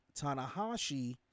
Tanahashi